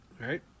right